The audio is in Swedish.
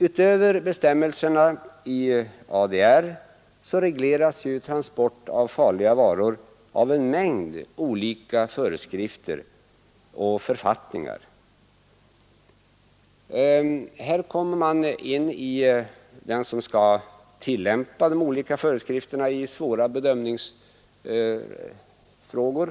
Utöver bestämmelserna i ADR regleras transporter av farliga varor i en mängd olika föreskrifter och författningar. Här kommer den som skall tillämpa de olika föreskrifterna in i svåra bedömningsfrågor.